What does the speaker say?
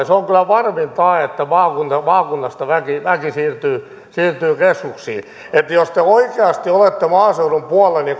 niin se on kyllä varmin tae että maakunnasta väki väki siirtyy siirtyy keskuksiin että jos oikeasti olette maaseudun puolella niin